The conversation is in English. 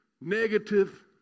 negative